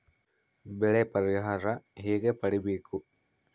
ಬೆಳೆ ಪರಿಹಾರ ಹೇಗೆ ಪಡಿಬೇಕು?